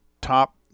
top